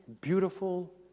beautiful